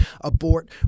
abort